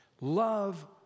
Love